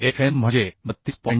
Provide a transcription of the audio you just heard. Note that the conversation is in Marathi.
Fm म्हणजे 32